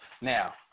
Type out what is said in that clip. Now